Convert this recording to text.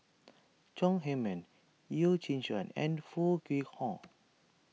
Chong Heman Yeo Shih Yun and Foo Kwee Horng